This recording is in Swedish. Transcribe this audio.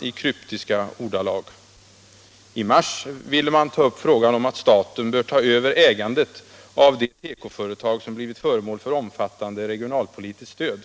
i kryptiska ordalag. I mars ville man ta upp frågan om att staten bör ta över ägandet av de tekoföretag som blivit föremål för omfattande regionalpolitiskt stöd.